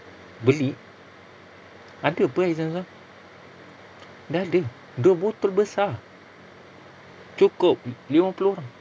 beli ada [pe] air zamzam dah ada dua botol besar cukup lima puluh orang